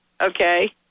Okay